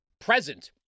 present